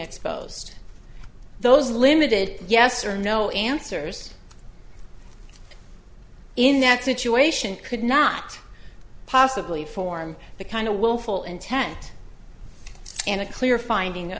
exposed those limited yes or no answers in that situation could not possibly form the kind of willful intent and a clear finding